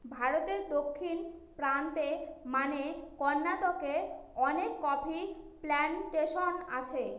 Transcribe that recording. ভারতে দক্ষিণ প্রান্তে মানে কর্নাটকে অনেক কফি প্লানটেশন আছে